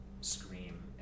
scream